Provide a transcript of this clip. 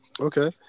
okay